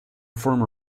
former